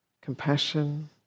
compassion